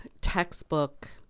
textbook